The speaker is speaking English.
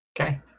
Okay